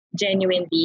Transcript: genuinely